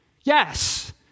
Yes